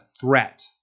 threat